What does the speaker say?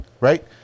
right